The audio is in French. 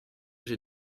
j’ai